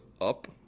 up